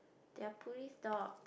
they are police dog